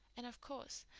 and, of course,